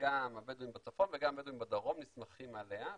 וגם הבדואים בצפון וגם הבדואים בדרום נסמכים עליה.